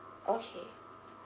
okay